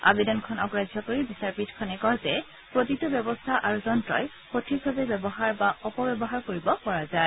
আবেদনখন অগ্ৰাহ্য কৰি বিচাৰপীঠখনে কয় যে প্ৰতিটো ব্যৱস্থা আৰু যন্ত্ৰই সঠিকভাৱে ব্যৱহাৰ বা অপব্যৱহাৰ কৰিব পৰা যায়